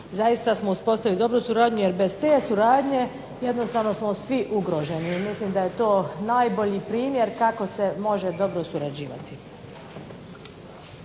zaista smo uspostavili dobru suradnju, jer bez te suradnje jednostavno smo svi ugroženi. Mislim da je to najbolji primjer kako se može dobro surađivati.